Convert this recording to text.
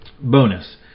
Bonus